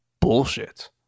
bullshit